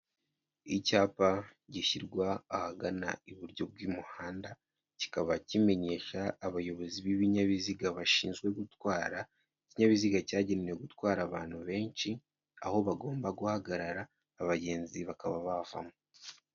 Icyapa gishyirwa ahagana iburyo bw'umuhanda, kikaba kimenyesha abayobozi b'ibinyabiziga bashinzwe gutwara ikinyabiziga cyagenewe gutwara abantu benshi, aho bagomba guhagarara, abagenzi bakaba bavamo.